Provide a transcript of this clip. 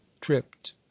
tripped